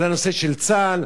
על הנושא של צה"ל?